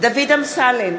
דוד אמסלם,